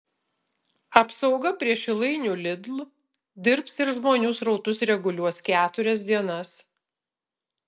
apsauga prie šilainių lidl dirbs ir žmonių srautus reguliuos keturias dienas